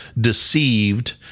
deceived